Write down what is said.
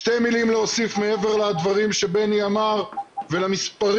שתי מילים להוסיף מעבר לדברים שבני אמר ולמספרים,